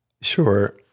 Sure